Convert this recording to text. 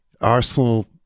Arsenal